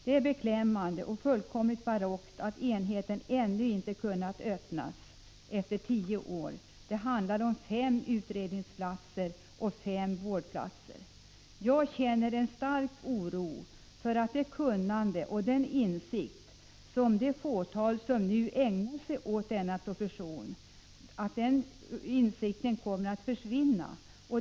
Det är beklämmande och fullkomligt barockt att enheten ännu efter tio år inte har kunnat öppnas. Det handlar om fem utredningsplatser och fem vårdplatser. Jag känner en stark oro för att det kunnande och den insikt som finns hos det fåtal som nu ägnar sig åt denna profession kommer att försvinna.